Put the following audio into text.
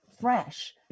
fresh